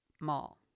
mall